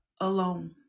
alone